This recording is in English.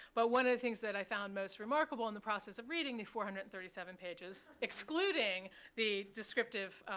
but one of the things that i found most remarkable in the process of reading the four hundred and thirty seven pages, excluding the descriptive